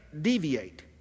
deviate